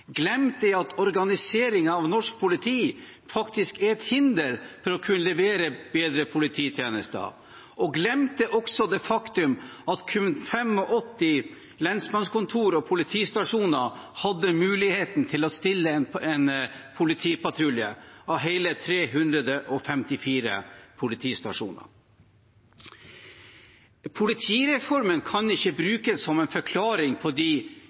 at organiseringen av norsk politi faktisk er et hinder for å kunne levere bedre polititjenester. Glemt er også det faktum at kun 85 lensmannskontor og politistasjoner hadde muligheten til å stille en politipatrulje, av hele 354 politistasjoner. Politireformen kan ikke brukes som en forklaring på de